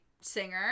singer